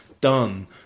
done